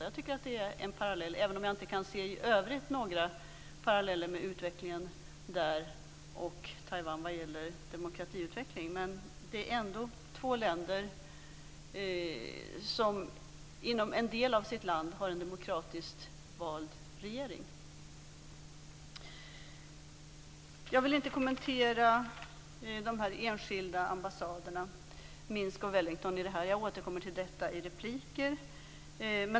Jag tycker att det är en parallell, även om jag i övrigt inte kan se några paralleller mellan demokratiutvecklingen där och i Taiwan. Det är ändå två länder som inom en del av sitt land har en demokratiskt vald regering. Jag vill inte kommentera de enskilda ambassaderna i Minsk och Wellington, utan jag återkommer till den saken i mina repliker.